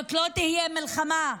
זאת לא תהיה מלחמה,